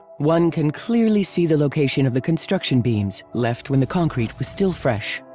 one can clearly see the location of the construction beams left when the concrete was still fresh.